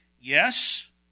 yes